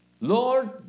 Lord